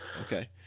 Okay